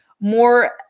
more